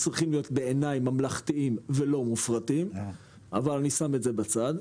בעיניי צריכים להיות ממלכתיים ולא מופרטים אבל אני שם את זה בצד.